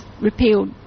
repealed